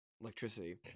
Electricity